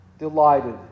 Delighted